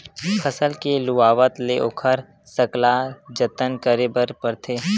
फसल के लुवावत ले ओखर सकला जतन करे बर परथे